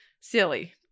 silly